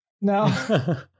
No